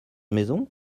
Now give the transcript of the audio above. maison